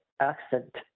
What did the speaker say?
accent